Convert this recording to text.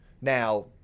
now